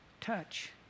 touch